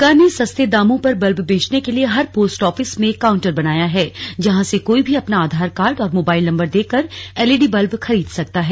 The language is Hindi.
सरकार ने सस्ते दामों पर बल्ब बेचने के लिये हर पोस्ट ऑफिस में एक काउन्टर बनाया है जहां से कोई भी अपना आधार कार्ड और मोबाइल नम्बर देकर एलईडी बल्ब खरीद सकता है